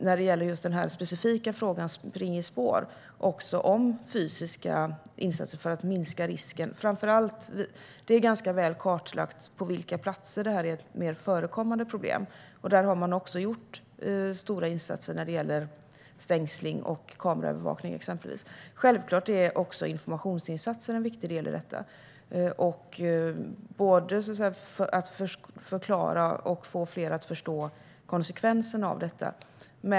När det gäller den specifika frågan om spring i spår handlar det också om fysiska insatser för att minska risken. Det är ganska väl kartlagt på vilka platser det är ett mer förekommande problem. Där har man gjort stora insatser med exempelvis stängsling och kameraövervakning. Självklart är också informationsinsatser en viktig del i detta. Det handlar om att förklara och att få fler att förstå konsekvenserna av detta.